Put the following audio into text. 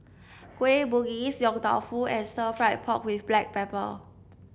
Kueh Bugis Yong Tau Foo and Stir Fried Pork with Black Pepper